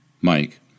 Mike